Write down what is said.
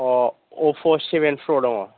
अप्प' seven प्र' दङ